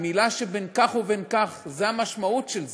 היא מילה שבין כך ובין כך זו המשמעות של זה.